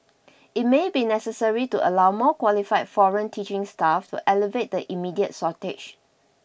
it may be necessary to allow more qualified foreign teaching staff to alleviate the immediate shortage